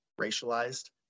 racialized